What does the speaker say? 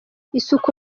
isuku